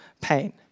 pain